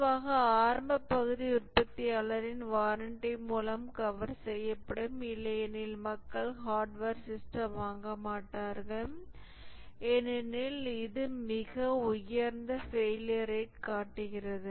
பொதுவாக ஆரம்ப பகுதி உற்பத்தியாளரின் வாரண்டி மூலம் கவர் செய்யப்படும் இல்லையெனில் மக்கள் ஹார்ட்வேர் சிஸ்டம் வாங்க மாட்டார்கள் ஏனெனில் இது மிக உயர்ந்த ஃபெயிலியர் ரேட் காட்டுகிறது